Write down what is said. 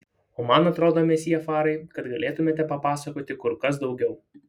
o man atrodo mesjė farai kad galėtumėte papasakoti kur kas daugiau